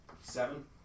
Seven